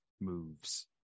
moves